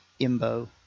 Imbo